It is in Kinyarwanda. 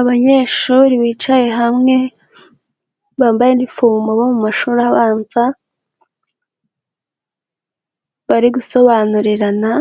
Abanyeshuri bicaye hamwe, bambaye inifomo bo mu mashuri abanza, bari gusobanurirana